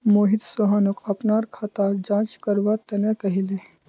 मोहित सोहनक अपनार खाताक जांच करवा तने कहले